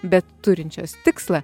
bet turinčios tikslą